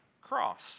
cross